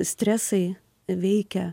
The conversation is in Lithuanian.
stresai veikia